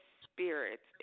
spirit